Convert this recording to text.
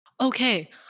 Okay